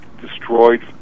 destroyed